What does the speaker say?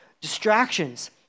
Distractions